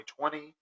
2020